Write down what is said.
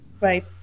Right